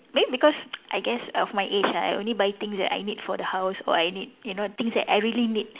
maybe because I guess of my age ah I only buy things that I need for the house or I need you know things that I really need